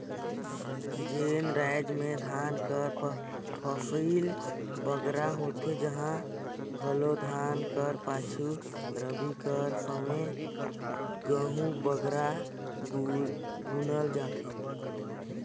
जेन राएज में धान कर फसिल बगरा होथे उहां घलो धान कर पाछू रबी कर समे गहूँ बगरा बुनल जाथे